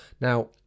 now